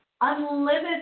unlimited